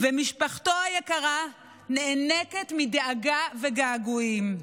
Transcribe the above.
ומשפחתו היקרה נאנקת מדאגה וגעגועים.